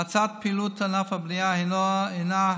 האצת פעילות ענף הבנייה היא הכרח